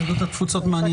יהדות התפוצות מעניינת אותך.